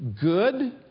good